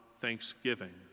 thanksgiving